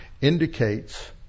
indicates